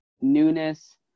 newness